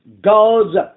God's